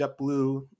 JetBlue